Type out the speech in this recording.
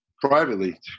privately